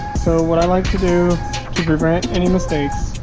so what i like to do to prevent any mistakes